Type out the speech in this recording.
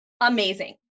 Amazing